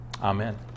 amen